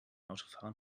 autofahrern